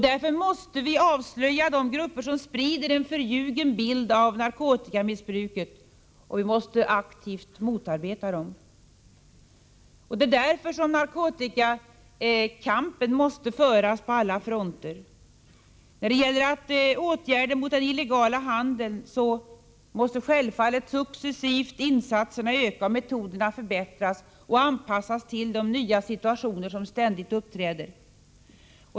Därför måste vi avslöja de grupper som sprider en förljugen bild av narkotikamissbruket, och vi måste aktivt motarbeta dem. Det är därför som narkotikakampen måste föras på alla fronter. När det gäller åtgärder mot den illegala handeln måste insatserna självfallet successivt öka och metoderna förbättras och anpassas till de nya situationer som ständigt uppkommer.